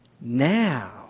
Now